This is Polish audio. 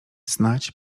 snadź